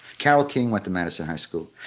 carole king with the madison high school.